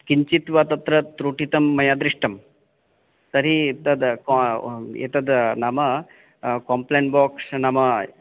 किञ्चित् वा तत्र त्रुटितं मया दृष्टं तर्हि तद् क एतद् नाम कम्प्लेन्ट् बाक्स् नाम